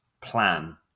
plan